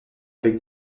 avec